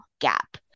gap